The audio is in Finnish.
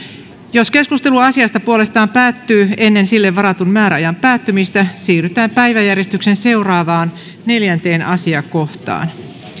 jos keskustelu asiasta puolestaan päättyy ennen sille varatun määräajan päättymistä siirrytään päiväjärjestyksen seuraavaan neljänteen asiakohtaan